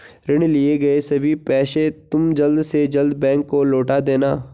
ऋण लिए गए सभी पैसे तुम जल्द से जल्द बैंक को लौटा देना